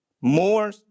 more